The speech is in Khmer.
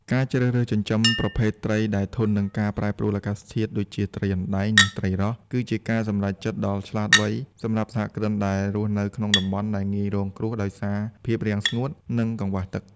ការជ្រើសរើសចិញ្ចឹមប្រភេទត្រីដែលធន់នឹងការប្រែប្រួលអាកាសធាតុ ដូចជាត្រីអណ្ដែង និងត្រីរ៉ស់ គឺជាការសម្រេចចិត្តដ៏ឆ្លាតវៃសម្រាប់សហគ្រិនដែលរស់នៅក្នុងតំបន់ដែលងាយរងគ្រោះដោយសារភាពរាំងស្ងួត ឬកង្វះទឹក។